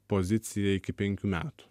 poziciją iki penkių metų